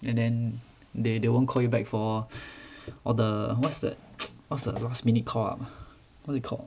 and then they they won't call you back for all the what's that what's the last minute call up what do you call